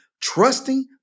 trusting